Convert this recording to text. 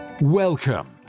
Welcome